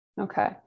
Okay